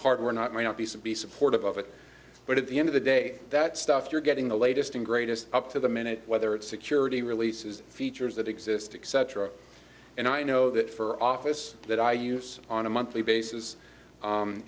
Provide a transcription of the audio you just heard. hardware not may not be so be supportive of it but at the end of the day that stuff you're getting the latest and greatest up to the minute whether it's security releases features that exist except for a and i know that for office that i use on a monthly basis